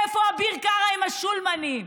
איפה אביר קארה עם השולמנים,